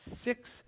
six